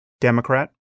Democrat